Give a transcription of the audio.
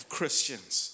Christians